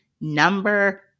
Number